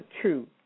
true